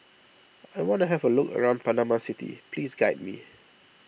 I want to have a look around Panama City please guide me